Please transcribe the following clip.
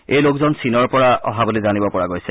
এই লোকজন চীনৰ পৰা অহা বুলি জানিব পৰা গৈছে